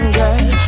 girl